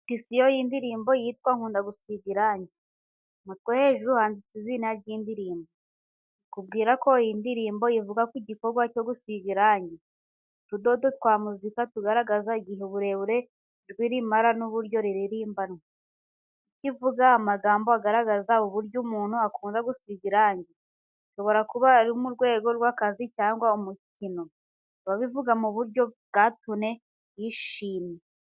Notisiyo y’indirimbo yitwa Nkunda gusiga irangi. Umutwe hejuru handitse izina ry’indirimbo, rikubwira ko iyi ndirimbo ivuga ku gikorwa cyo gusiga irangi. Utudodo twa muzika dugaragaza igihe uburebure ijwi rimara n’uburyo ririmbanwa. Icyo ivuga amagambo agaragaza uburyo umuntu akunda gusiga irangi, bishobora kuba ari mu rwego rw’akazi cyangwa umukino, akabivuga mu buryo bwa tune yishimye.